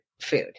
food